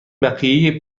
بقیه